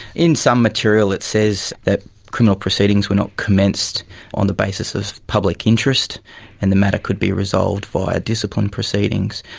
in some material it says that criminal proceedings were not commenced on the basis of public interest and the matter could be resolved via discipline proceedings.